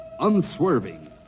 unswerving